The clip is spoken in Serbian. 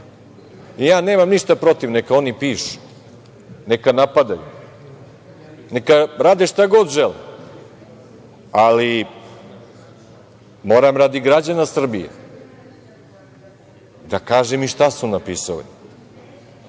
Nemam ništa protiv, neka oni pišu, neka napadaju, neka rade šta god žele, ali moram radi građana Srbije da kažem i šta su napisali